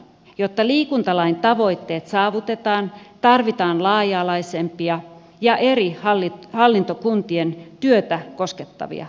jotta liikuntalain tavoitteet saavutetaan tarvitaan laaja alaisempia ja eri hallintokuntien työtä koskettavia ratkaisuja